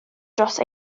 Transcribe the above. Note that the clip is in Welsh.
dros